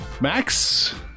Max